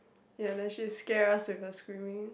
then she scare us with her screaming